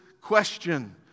question